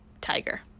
tiger